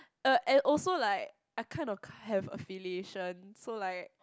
uh and also like I kind of have affiliation so like